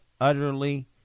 utterly